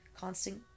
constant